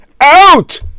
out